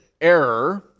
error